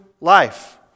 life